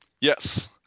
Yes